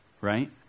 right